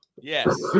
Yes